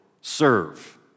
serve